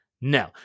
No